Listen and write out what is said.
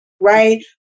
Right